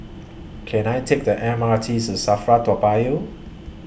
Can I Take The M R T to SAFRA Toa Payoh